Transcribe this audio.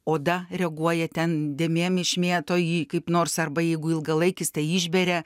oda reaguoja ten dėmėm išmėto jį kaip nors arba jeigu ilgalaikis tai išberia